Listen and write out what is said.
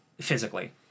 physically